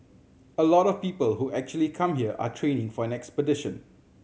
a lot of people who actually come here are training for an expedition